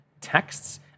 texts